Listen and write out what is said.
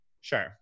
Sure